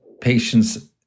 patients